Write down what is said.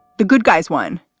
the good guys won.